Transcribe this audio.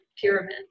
pyramid